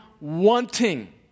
wanting